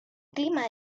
clima